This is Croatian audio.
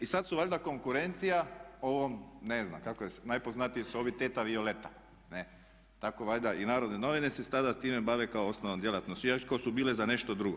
I sad su valjda konkurencija ovom ne znam kako se zove, najpoznatiji su ovi Teta Violeta ne', tako valjda i Narodne novine se sada s time bave kao osnovna djelatnost iako su bile za nešto drugo.